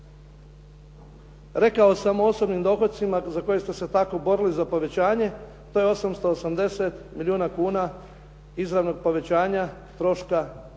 Rekao sam o osobnim dohocima za koje ste se tako borili za povećanje, to je 880 milijuna kuna izravnog povećanja troška